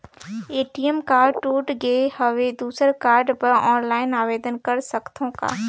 ATM card टूट गे हववं दुसर कारड बर ऑनलाइन आवेदन कर सकथव का?